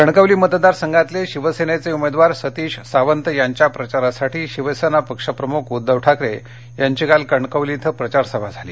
कणकवली मतदार संघातले शिवसेनेचे उमेदवार सतीश सावंत यांच्या प्रचारासाठी शिवसेना पक्षप्रमुख उद्दव ठाकरे यांची काल कणकवलीत प्रचार सभा झाली